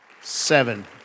seven